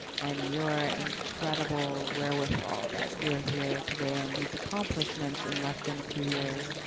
and your incredible wherewithal that we're here today, and these accomplishments in less than two years,